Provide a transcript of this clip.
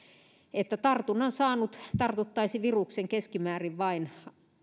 että tartunnan saanut tartuttaisi viruksen keskimäärin vain